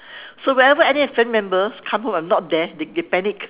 so whenever any family member come home I'm not there they panic